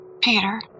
Peter